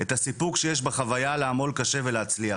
את הסיפוק שיש בחוויה לעמול קשה ולהצליח.